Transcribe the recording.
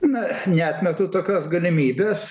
na neatmetu tokios galimybės